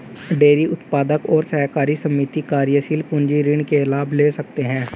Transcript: dairy उत्पादक और सहकारी समिति कार्यशील पूंजी ऋण के लाभ ले सकते है